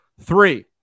Three